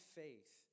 faith